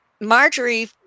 Marjorie